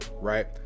right